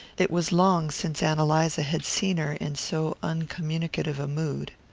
it was long since ann eliza had seen her in so uncommunicative a mood.